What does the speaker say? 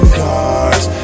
cars